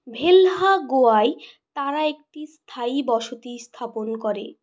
ভেল্হা গোয়ায় তারা একটি স্থায়ী বসতি স্থাপন করে